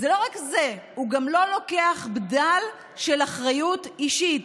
זה לא רק זה, הוא גם לא לוקח בדל של אחריות אישית,